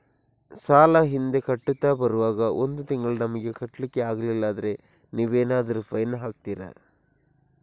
ಸಾಲ ಹಿಂದೆ ಕಟ್ಟುತ್ತಾ ಬರುವಾಗ ಒಂದು ತಿಂಗಳು ನಮಗೆ ಕಟ್ಲಿಕ್ಕೆ ಅಗ್ಲಿಲ್ಲಾದ್ರೆ ನೀವೇನಾದರೂ ಫೈನ್ ಹಾಕ್ತೀರಾ?